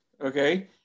Okay